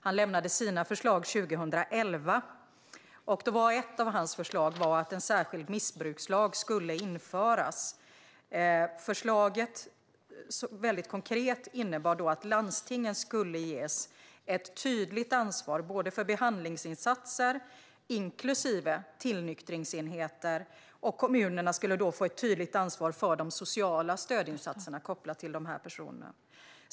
Han lämnade sina förslag 2011, och ett av förslagen var att en särskild missbrukslag skulle införas. Förslaget innebar väldigt konkret att landstingen skulle ges ett tydligt ansvar för behandlingsinsatser, inklusive tillnyktringsenheter, och att kommunerna skulle få ett tydligt ansvar för de sociala stödinsatserna kopplat till de här personerna.